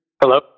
Hello